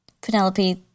Penelope